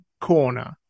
corner